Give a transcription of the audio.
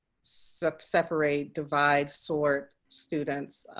separate, separate, divide, sort students.